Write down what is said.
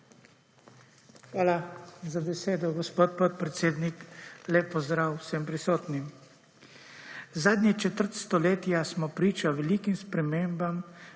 Hvala za besedo, gospod podpredsednik. Lep pozdrav vsem prisotnim! Zadnje četrt stoletja smo priča velikim spremembam